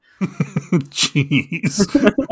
Jeez